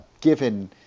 given